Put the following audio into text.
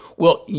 well, yeah